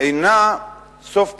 אינה סוף פסוק.